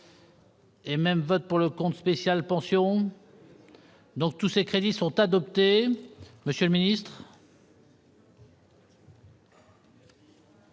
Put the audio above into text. Et même vote pour le compte spécial pensions. Donc tous ces crédits sont adoptés, monsieur le Ministre.